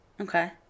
Okay